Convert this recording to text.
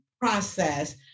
process